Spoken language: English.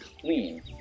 clean